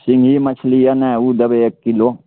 सिङ्गघी मछली यऽ नऽ ओ देबै एक किलो